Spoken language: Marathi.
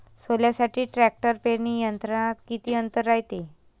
सोल्यासाठी ट्रॅक्टर पेरणी यंत्रात किती अंतर रायते?